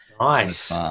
Nice